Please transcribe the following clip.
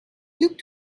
looked